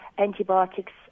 antibiotics